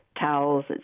towels